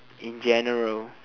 in general